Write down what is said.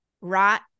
rot